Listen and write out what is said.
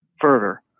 further